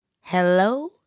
Hello